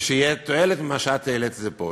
ושתהיה תועלת מזה שהעלית את זה פה.